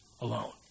alone